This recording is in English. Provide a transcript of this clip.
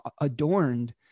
adorned